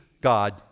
God